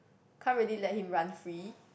can't really let him run free